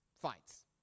fights